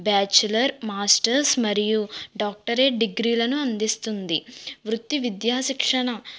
bachelor masters మరియు doctorate డిగ్రీలను అందిస్తుంది వృత్తి విద్యా శిక్షణ